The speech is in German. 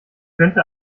könnte